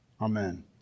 Amen